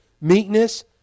meekness